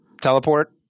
teleport